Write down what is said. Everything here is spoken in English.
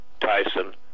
Tyson